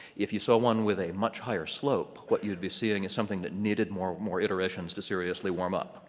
if you saw one with a much higher slope what you'd be seeing is something that needed more more iterations to seriously warm up,